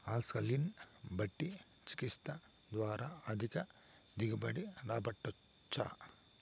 alkaline మట్టి చికిత్స ద్వారా అధిక దిగుబడి రాబట్టొచ్చా